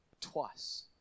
Twice